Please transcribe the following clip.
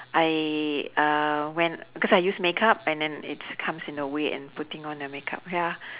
I uh when because I use makeup and then it's comes in the way in putting on the makeup ya